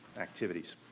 activities.